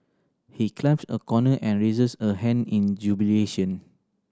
he climbs a corner and raises a hand in jubilation